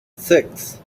six